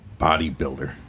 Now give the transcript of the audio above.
bodybuilder